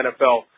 NFL